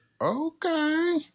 Okay